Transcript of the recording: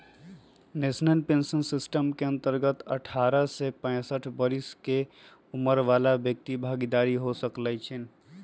national pension system के अंतर्गत अठारह से पैंसठ बरिश के उमर बला व्यक्ति भागीदार हो सकइ छीन्ह